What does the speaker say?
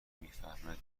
میفهمه